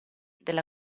della